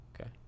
Okay